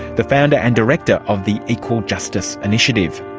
the founder and director of the equal justice initiative.